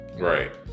Right